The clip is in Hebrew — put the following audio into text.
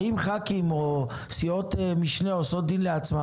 האם ח"כים או סיעות משנה עושות דין לעצמן?